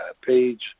page